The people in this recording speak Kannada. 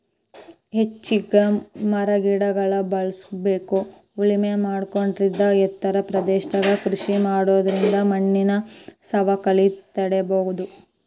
ಹೆಚ್ಚಿಗಿ ಮರಗಿಡಗಳ್ನ ಬೇಳಸ್ಬೇಕು ಉಳಮೆ ಮಾಡೋದರಿಂದ ಎತ್ತರ ಪ್ರದೇಶದಾಗ ಕೃಷಿ ಮಾಡೋದರಿಂದ ಮಣ್ಣಿನ ಸವಕಳಿನ ತಡೇಬೋದು